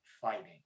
fighting